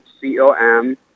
C-O-M